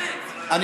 אבל אתה,